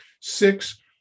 Six